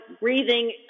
breathing